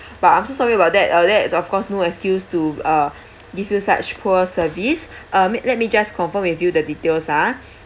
but I'm so sorry about that uh that is of course no excuse to uh give you such poor service um let me just confirm with you the details ah